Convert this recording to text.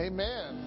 Amen